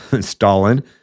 Stalin